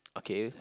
okay